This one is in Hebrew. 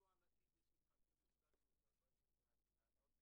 שהיא לא ענקית לשמחתנו --- אלי,